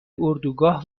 اردوگاه